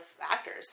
actors